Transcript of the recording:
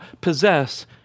possess